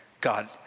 God